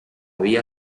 via